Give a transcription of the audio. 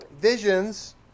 visions